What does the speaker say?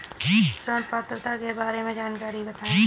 ऋण पात्रता के बारे में जानकारी बताएँ?